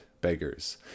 beggars